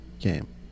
game